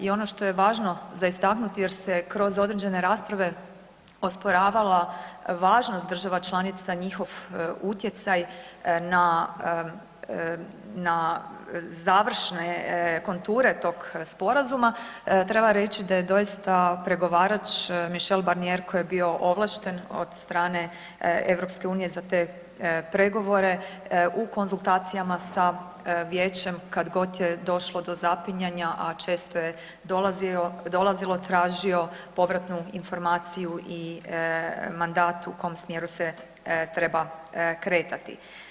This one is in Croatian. I ono što je važno za istaknuti jer se kroz određene rasprave osporavala važnost država članica, njihov utjecaj na, na završne konture tog sporazuma, treba reći da je doista pregovarač Mišel Barnijer koji je bio ovlašten od strane EU za te pregovore u konzultacijama sa Vijećem kad god je došlo do zapinjanja, a često je dolazilo, tražio povratnu informaciju i mandat u kom smjeru se treba kretati.